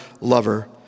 lover